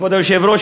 כבוד היושב-ראש,